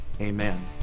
amen